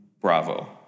Bravo